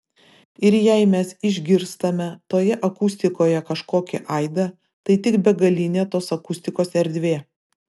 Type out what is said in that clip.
ir jei mes išgirstame toje akustikoje kažkokį aidą tai tik begalinė tos akustikos erdvė